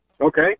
okay